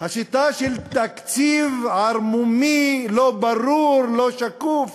השיטה של תקציב ערמומי, לא ברור, לא שקוף.